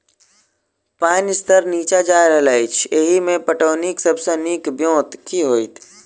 पानि स्तर नीचा जा रहल अछि, एहिमे पटौनीक सब सऽ नीक ब्योंत केँ होइत?